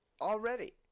already